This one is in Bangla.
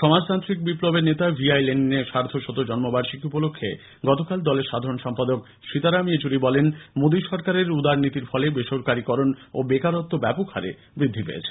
সমাজান্ত্রিক বিপ্লবের নেতা ভি আই লেনিন এর সার্ধশত জন্ম বার্ষিকী উপলক্ষে দলের সাধারণ সম্পাদক সীতারাম ইয়েচুরি বলেন মোদী সরকারের উদারনীতি ফলে বেসরকারিকরণ ও বেকারত্ব ব্যাপক হারে বৃদ্ধি পেয়েছে